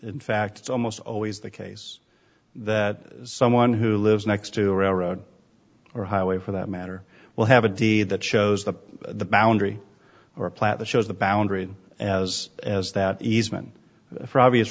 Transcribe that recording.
in fact it's almost always the case that someone who lives next to a road or highway for that matter will have a deed that shows that the boundary or a plant that shows the boundary as as that easement for obvious